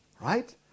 Right